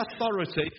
authority